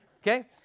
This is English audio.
okay